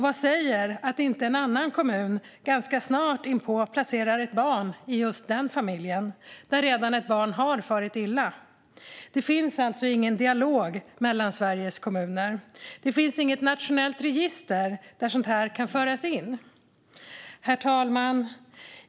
Vad säger att inte en annan kommun ganska snart inpå placerar ett barn i den familjen, där redan ett barn farit illa? Det finns alltså ingen dialog mellan Sveriges kommuner. Det finns inget nationellt register där sådant här kan föras in. Herr talman!